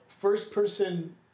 first-person